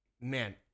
man